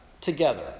together